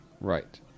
Right